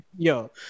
Yo